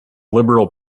liberal